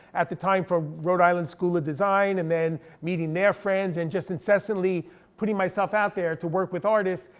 at the time for rhode island school of design, and then meeting their friends. and just incessantly putting myself out there to work with artists.